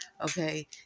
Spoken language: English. Okay